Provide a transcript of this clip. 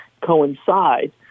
coincide